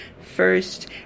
first